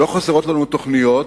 לא חסרות לנו תוכניות